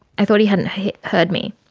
i thought he hadn't heard me.